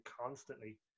constantly